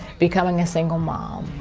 becoming a single mom.